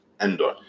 Endor